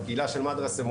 הקהילה של מדרסה,